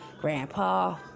grandpa